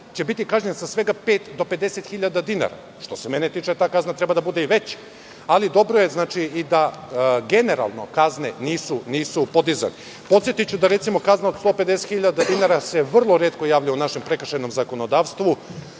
će biti kažnjen sa svega pet do 50 hiljada dinara. Što se mene tiče, ta kazna treba da bude veća. Ali, dobro je i da generalno kazne nisu podizane. Podsetiću da se, recimo, kazna od 150 hiljada dinara vrlo retko javlja u našem prekršajnom zakonodavstvu,